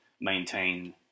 maintain